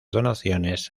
donaciones